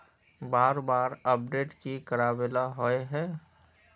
बार बार अपडेट की कराबेला होय है?